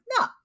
no